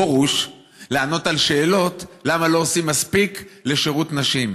פרוש לענות על שאלות למה לא עושים מספיק לשירות נשים.